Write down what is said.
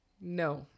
No